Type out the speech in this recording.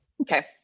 Okay